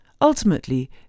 Ultimately